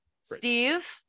Steve